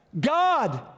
God